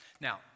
Now